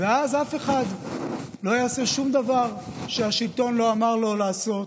ואז אף אחד לא יעשה שום דבר שהשלטון לא אמר לו לעשות.